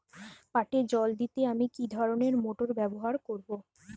পাটে জল দিতে আমি কি ধরনের মোটর ব্যবহার করব?